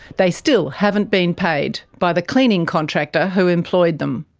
they still haven't been paid by the cleaning contractor who employed them.